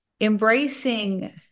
embracing